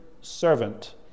servant